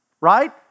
right